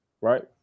right